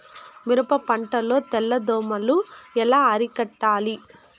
మిరప పంట లో తెల్ల దోమలు ఎలా అరికట్టాలి?